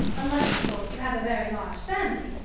unless, of course, you have a very large family,